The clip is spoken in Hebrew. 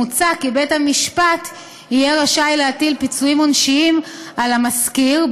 מוצע כי בית-המשפט יהיה רשאי להטיל פיצויים עונשיים על המשכיר,